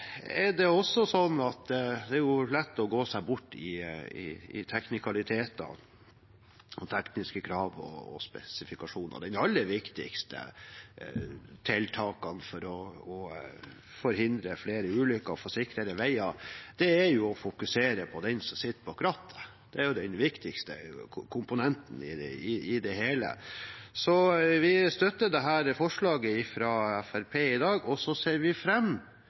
Det er også lett å gå seg bort i teknikaliteter, tekniske krav og spesifikasjoner. De aller viktigste tiltakene for å forhindre flere ulykker og få sikrede veier er å fokusere på den som sitter bak rattet. Det er den viktigste komponenten i det hele. Vi støtter altså dette forslaget fra Fremskrittspartiet i dag, og så ser vi